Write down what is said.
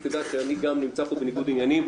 תדע שאני גם נמצא פה בניגוד עניינים.